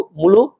mulu